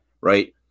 right